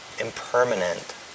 impermanent